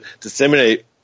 disseminate